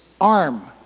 arm